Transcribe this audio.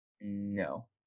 No